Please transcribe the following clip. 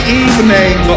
evening